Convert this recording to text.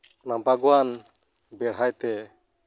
ᱚᱱᱟ ᱵᱟᱜᱽᱣᱟᱱ ᱵᱮᱲᱦᱟᱭ ᱛᱮ